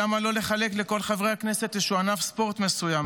למה לא לחלק לכל חברי הכנסת איזשהו ענף ספורט מסוים?